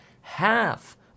half